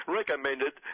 Recommended